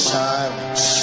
silence